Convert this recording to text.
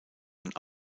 und